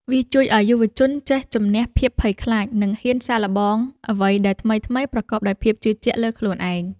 វាជួយឱ្យយុវជនចេះជម្នះភាពភ័យខ្លាច និងហ៊ានសាកល្បងអ្វីដែលថ្មីៗប្រកបដោយភាពជឿជាក់លើខ្លួនឯង។